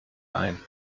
ein